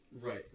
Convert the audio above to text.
Right